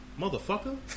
motherfucker